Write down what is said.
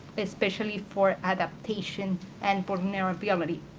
especially for adaptation and vulnerability.